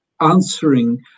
answering